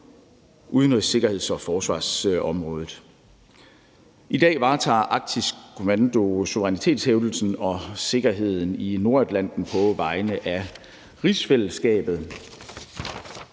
udenrigs-, sikkerheds- og forsvarsområderne. I dag varetager Arktisk Kommando suverænitetshævdelsen og sikkerheden i Nordatlanten på vegne af rigsfællesskabet.